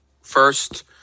first